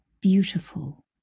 beautiful